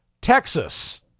Texas